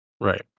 Right